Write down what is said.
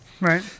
Right